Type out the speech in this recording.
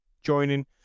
joining